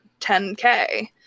10K